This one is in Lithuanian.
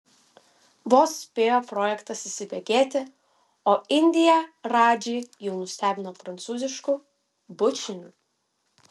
vos spėjo projektas įsibėgėti o indija radžį jau nustebino prancūzišku bučiniu